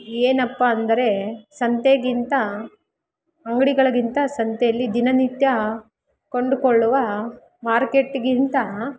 ಏನಪ್ಪ ಅಂದರೆ ಸಂತೆಗಿಂತ ಅಂಗಡಿಗಳಿಗಿಂತ ಸಂತೆಯಲ್ಲಿ ದಿನನಿತ್ಯ ಕೊಂಡುಕೊಳ್ಳುವ ಮಾರ್ಕೆಟ್ಗಿಂತ